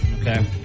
Okay